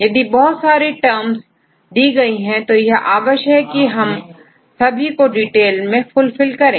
यदि बहुत सारी टम्स दी गई है तो यह आवश्यक है कि हम सभी को डिटेल में फुलफिल करें